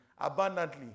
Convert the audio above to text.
Abundantly